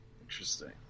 Interesting